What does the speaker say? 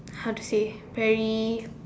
how to say very